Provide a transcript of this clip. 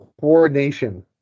Coordination